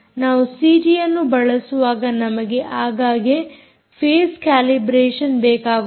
ನಾವು ಸಿಟಿಯನ್ನು ಬಳಸುವಾಗ ನಮಗೆ ಆಗಾಗ್ಗೆ ಫೇಸ್ ಕ್ಯಾಲಿಬ್ರೇಷನ್ ಬೇಕಾಗುತ್ತದೆ